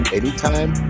anytime